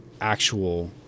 actual